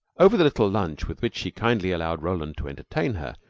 over the little lunch with which she kindly allowed roland to entertain her,